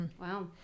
wow